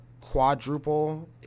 quadruple